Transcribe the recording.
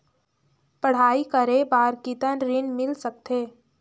पढ़ाई करे बार कितन ऋण मिल सकथे?